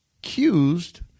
accused